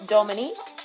Dominique